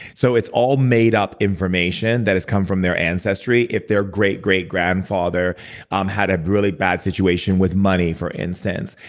so it's all made up information that has come from their ancestry. if their great-great-grandfather um had a really bad situation with money, for instance,